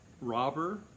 robber